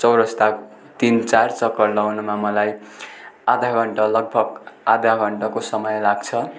चौरस्ता तिन चार चक्कर लाउनुमा मलाई आधा घन्टा लगभग आधा घन्टाको समय लाग्छ